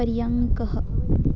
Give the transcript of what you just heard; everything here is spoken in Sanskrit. पर्यङ्कः